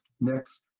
next